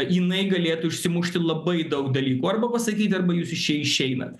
jinai galėtų išsimušti labai daug dalykų arba pasakyti arba jūs iš čia išeinat